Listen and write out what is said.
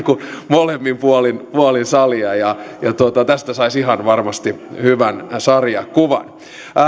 molemmin puolin puolin salia ja tästä saisi ihan varmasti hyvän sarjakuvan